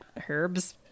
Herb's